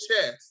chest